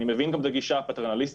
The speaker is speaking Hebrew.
אני מבין גם את הגישה הפטרנליסטית,